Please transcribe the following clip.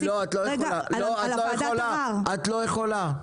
לא, את לא יכולה.